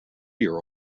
year